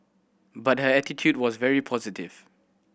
but her attitude was very positive